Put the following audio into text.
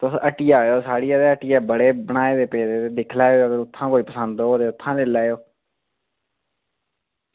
तुस हट्टिया आएओ साढ़ी ते हट्टिया बड़े बनाए दे पेदे ते दिक्खी लैएओ अगर उत्थुआं पसंद औग ते उत्थुआं लेई लैएओ